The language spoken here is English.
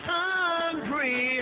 hungry